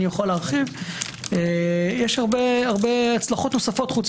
אוכל להרחיב - יש הרבה הצלחות נוספות חוץ